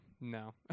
No